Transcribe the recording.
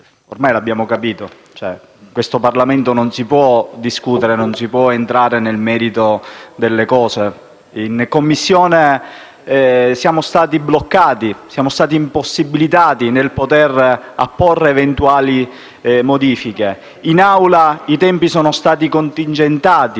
ormai lo abbiamo capito: in questo Parlamento non si può discutere, non si può entrare nel merito delle questioni. In Commissione siamo stati bloccati, siamo stati impossibilitati ad apporre eventuali modifiche. In Aula i tempi sono stati contingentati,